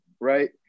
right